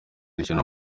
ishyano